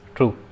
True